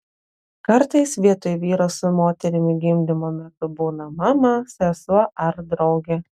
kartais vietoj vyro su moterimi gimdymo metu būna mama sesuo ar draugė